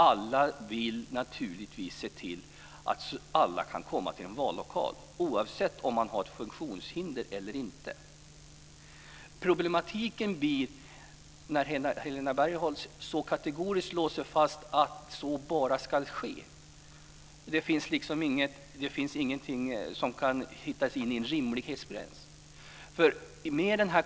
Alla vill naturligtvis se till att alla kan komma till en vallokal, oavsett om man har ett funktionshinder eller inte. Problematiken uppstår när Helena Bargholtz så kategoriskt slår fast att så bara skall ske. Det finns liksom ingenting om vad som faller inom rimlighetens gräns.